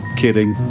...kidding